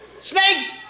Snakes